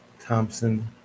Thompson